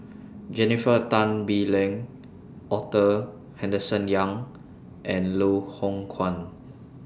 Jennifer Tan Bee Leng Arthur Henderson Young and Loh Hoong Kwan